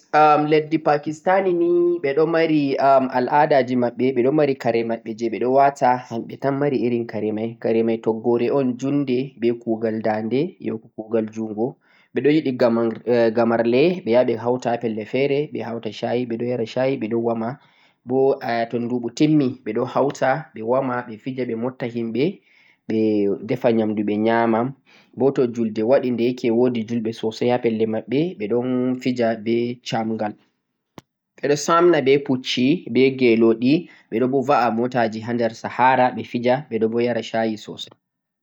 am leddi Pakistan ni ɓe ɗo mari al'adaji maɓɓe ɓe mari kare maɓɓe je ɓe wata hamɓe tan mari irin kare mai, kare mai toggore un junde be kugal ndande yahugo kugal jungo ɓe ɗo yiɗi gamarle, ɓe yaha ɓe hauta ha pelle fe're, ɓe hauta shayi ɓe ɗo yara shayi ɓe ɗo woma bo e to duɓu timmi ɓe ɗo hauta ɓe woma, ɓe fija, ɓe motta himɓe ɓe defa ƴamdu ɓe ƴama bo to julde waɗi deyake wodi julde sosai ha pelle maɓɓe ɓe ɗon fija be camgal ɓe ɗo samna be pucci be geloɗi ɓe ɗo bo va'a motaji ha der sahara ɓe fija ɓe ɗo bo yara shayi sosai.